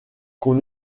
qu’on